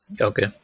Okay